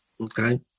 Okay